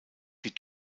die